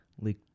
leak